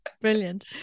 Brilliant